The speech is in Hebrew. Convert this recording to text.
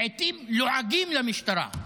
לעתים לועגים למשטרה.